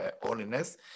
holiness